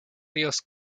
ríos